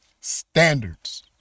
standards